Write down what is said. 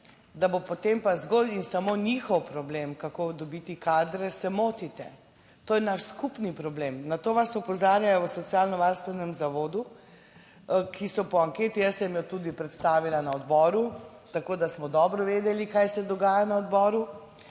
a bo potem pa zgolj in samo njihov problem, kako dobiti kadre, se motite. To je naš skupni problem. Na to vas opozarjajo v socialnovarstvenem zavodu, ki so po anketi, jaz sem jo tudi predstavila na odboru, tako da smo dobro vedeli, kaj se dogaja na odboru,